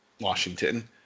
Washington